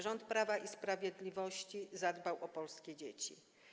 Rząd Prawa i Sprawiedliwości zadbał o polskie dzieci.